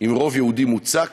עם רוב יהודי מוצק